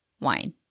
wine